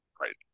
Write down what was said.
Right